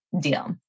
deal